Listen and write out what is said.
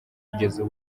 kugeza